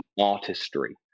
artistry